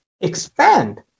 expand